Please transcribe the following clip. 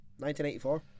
1984